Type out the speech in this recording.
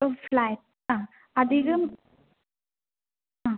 flat ആ അധികം ആ